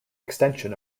extension